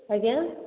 ଆଜ୍ଞା